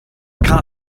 can